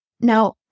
Now